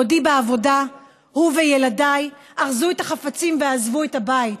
בעודי בעבודה הוא וילדיי ארזו את החפצים ועזבו את הבית.